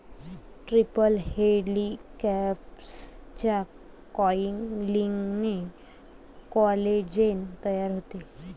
triple हेलिक्सच्या कॉइलिंगने collagen तयार होते